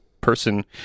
person